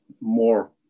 more